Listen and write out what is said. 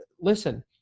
listen